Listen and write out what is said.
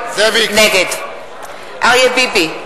נגד אריה ביבי,